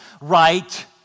right